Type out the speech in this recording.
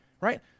Right